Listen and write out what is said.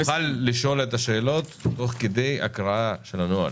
מקובל לשאול את השאלות תוך הקראת הנוהל,